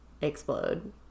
explode